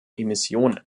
emissionen